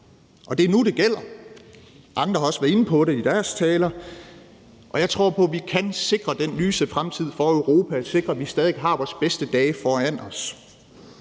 og det er nu, det gælder. Andre har også været inde på det i deres taler, og jeg tror på, at vi kan sikre den lyse fremtid for Europa og sikre, at vi har vores bedste dage foran os.